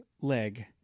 leg